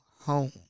home